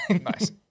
Nice